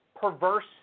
perverse